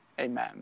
amen